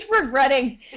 regretting